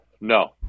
no